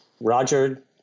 Roger